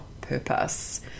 purpose